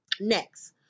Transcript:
next